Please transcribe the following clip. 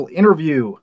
interview